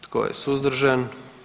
Tko je suzdržan?